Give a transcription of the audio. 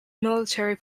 military